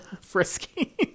Frisky